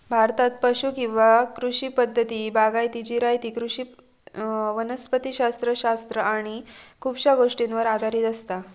भारतात पुश कृषी पद्धती ही बागायती, जिरायती कृषी वनस्पति शास्त्र शास्त्र आणि खुपशा गोष्टींवर आधारित असता